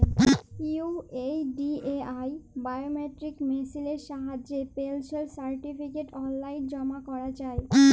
UIDAI biometric মেসিলের সাহায্যে পেলশল সার্টিফিকেট অললাইল জমা ক্যরা যায়